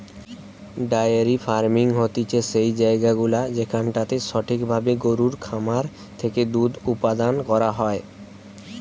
diary farming হতিছে সেই জায়গাগুলা যেখানটাতে সঠিক ভাবে গরুর খামার থেকে দুধ উপাদান করা হয়